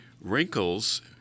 Wrinkles